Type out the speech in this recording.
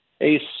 Ace